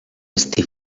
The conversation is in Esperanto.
esti